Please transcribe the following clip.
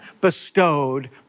bestowed